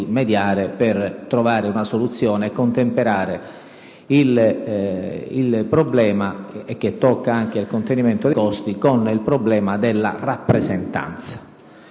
per trovare una soluzione e contemperare questo problema - che tocca anche il contenimento dei costi - con quello della rappresentanza.